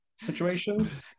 situations